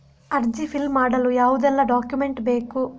ಅರ್ಜಿ ಫಿಲ್ ಮಾಡಲು ಯಾವುದೆಲ್ಲ ಡಾಕ್ಯುಮೆಂಟ್ ಬೇಕು?